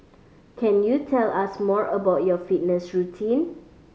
can you tell us more about your fitness routine